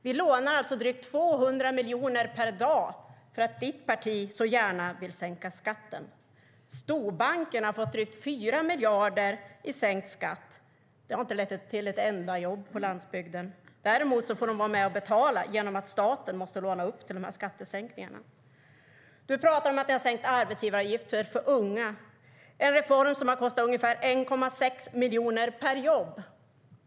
Vi lånar alltså drygt 200 miljoner per dag för att ditt parti så gärna vill sänka skatten. Storbankerna har fått drygt 4 miljarder i sänkt skatt. Det har inte lett till ett enda jobb på landsbygden. Däremot får de vara med och betala genom att staten måste låna upp till skattesänkningarna. Du pratar om att ni har sänkt arbetsgivaravgifter för unga. Det är en reform som har kostat ungefär 1,6 miljoner per jobb.